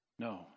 No